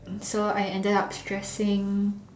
so I ended up stressing